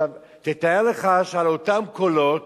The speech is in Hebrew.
תתאר לך שעל אותם קולות